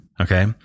Okay